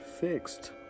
fixed